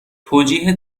توجیه